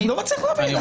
אני לא מצליח להבין.